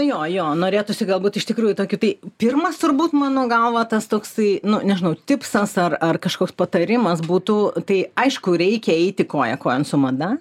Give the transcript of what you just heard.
jo jo norėtųsi galbūt iš tikrųjų tokiu tai pirmas turbūt mano galva tas toksai nu nežinau tipsas ar ar kažkoks patarimas būtų tai aišku reikia eiti koja kojon su mada